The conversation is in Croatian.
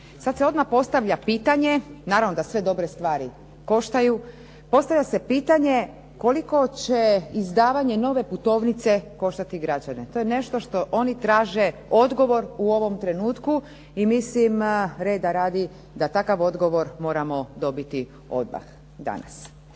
Sad se odmah postavlja pitanje, naravno da sve dobre stvari koštaju, postavlja se pitanje koliko će izdavanje nove putovnice koštati građane. To je nešto što oni traže odgovor u ovom trenutku i mislim, reda radi, da takav odgovor moramo dobiti odmah danas.